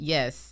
Yes